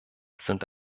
sind